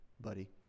buddy